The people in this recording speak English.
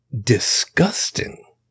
disgusting